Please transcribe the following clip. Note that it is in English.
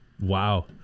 Wow